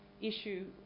issue